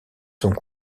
sont